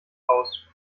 aus